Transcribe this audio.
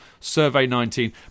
survey19